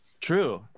true